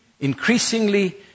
increasingly